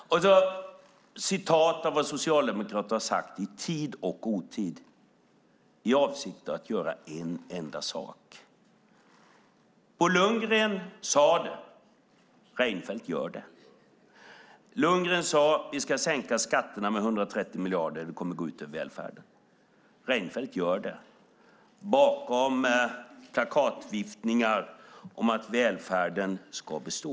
Så citerar man i tid och otid vad socialdemokrater har sagt i avsikt att göra en enda sak. Bo Lundgren sade det. Reinfeldt gör det. Lundgren sade: Vi ska sänka skatterna med 130 miljarder, och det kommer att gå ut över välfärden. Reinfeldt gör det bakom plakatviftningar om att välfärden ska bestå.